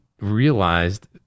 realized